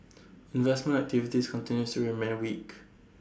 investment activities continues to remain weak